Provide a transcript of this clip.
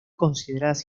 consideradas